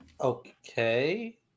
okay